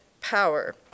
power